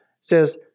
says